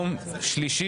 היום יום רביעי,